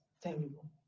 terrible